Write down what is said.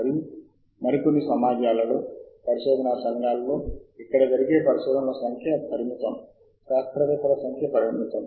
మరియు Web of Science portal ఆ ప్రత్యేక సాహిత్య అంశాన్ని వాడుకున్న వినియోగదారుల సంఖ్యను వినియోగ గణనను ఉపయోగించడం ద్వారా ట్రాక్ చేస్తుంది